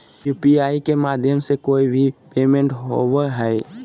UPI के माध्यम से ही कोय भी पेमेंट होबय हय